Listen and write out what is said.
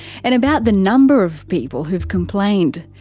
and about the number of people who've complained.